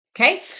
Okay